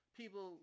people